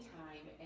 time